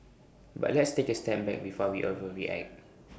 but let's take A step back before we overreact